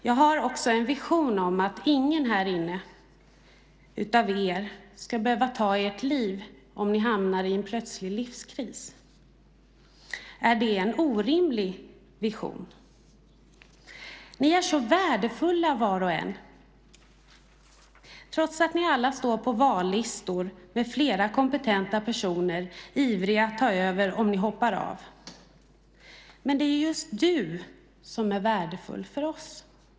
Jag har också en vision om att ingen av er här inne ska behöva ta sitt liv om ni hamnar i en plötslig livskris. Är det en orimlig vision? Ni är så värdefulla var och en, trots att ni alla står på vallistor med flera kompetenta personer ivriga att ta över om ni hoppar av. Men det är just du som är värdefull för oss.